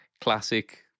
classic